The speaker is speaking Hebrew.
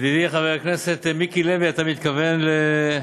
ידידי חבר הכנסת מיקי לוי, אתה מתכוון, לא.